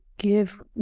give